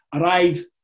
arrive